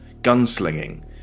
gunslinging